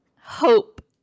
hope